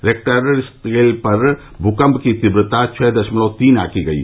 rector scale पर भूकम्प की तीव्रता छः दशमलव तीन आंकी गयी